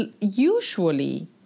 usually